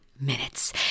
minutes